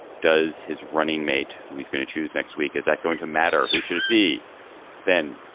does his running mate, who he's going to choose next week, is that going to matter? who should it be then?